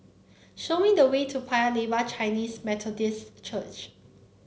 show me the way to Paya Lebar Chinese Methodist Church